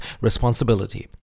responsibility